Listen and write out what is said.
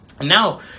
Now